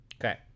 Okay